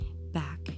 back